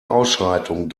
ausschreitungen